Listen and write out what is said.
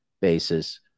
basis